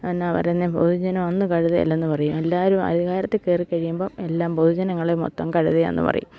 എന്നാ പറയുന്നത് പൊതുജനം ഒന്നും കഴുതയല്ലന്ന് പറയും എല്ലാവരും അധികാരത്തിൽ കയറി കഴിയുമ്പം എല്ലാം പൊതുജനങ്ങളെ മൊത്തം കഴുതയാണെന്ന് പറയും